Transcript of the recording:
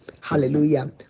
Hallelujah